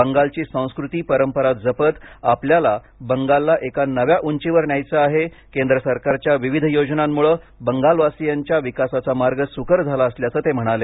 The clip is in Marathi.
बंगालची संस्कृती परंपरा जपत आपल्याला बंगालला एका नव्या उंचीवर न्यायचं आहे केंद्र सरकारच्या विविध योजनांमुळे बंगालवासीयांच्या विकासाचा मार्ग सुकर झाला असल्याचं ते म्हणाले